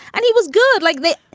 and he was good like that.